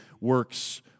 works